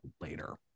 later